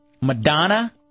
Madonna